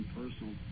personal